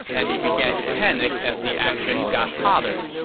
and he began to panic as the action got hotter.